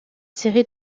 série